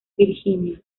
virginia